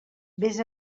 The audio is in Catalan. vés